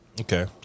Okay